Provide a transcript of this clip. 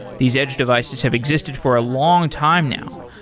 these edge devices have existed for a long time now,